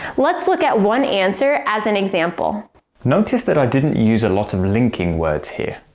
let's look at one answer as an example notice that i didn't use a lot of linking words here.